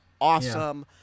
awesome